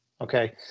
okay